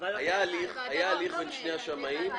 היה הליך בין שני השמאים,